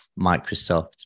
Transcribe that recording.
Microsoft